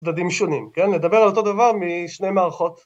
צדדים שונים כן נדבר על אותו דבר משני מערכות